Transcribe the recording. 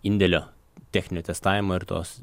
indėlio techninio testavimo ir tos